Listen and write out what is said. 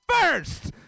first